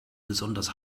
besonders